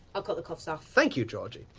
i'll cut the cuffs off. thank you georgie.